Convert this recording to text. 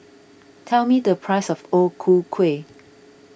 tell me the price of O Ku Kueh